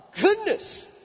goodness